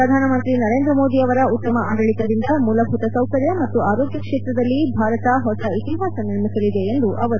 ಪ್ರಧಾನಮಂತ್ರಿ ನರೇಂದ್ರ ಮೋದಿಯವರ ಉತ್ತಮ ಆಡಳಿತದಿಂದ ಮೂಲಭೂತ ಸೌಕರ್ಯ ಮತ್ತು ಆರೋಗ್ಯ ಕ್ಷೇತ್ರದಲ್ಲಿ ಭಾರತ ಹೊಸ ಇತಿಹಾಸ ನಿರ್ಮಿಸಲಿದೆ ಎಂದರು